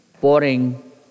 boring